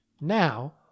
Now